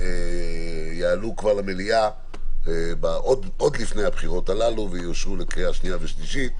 יעלו כבר למליאה עוד לפני הבחירות הללו ויאושרו לקריאה שנייה ושלישית.